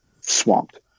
swamped